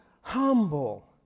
humble